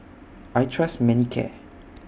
I Trust Manicare